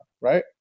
right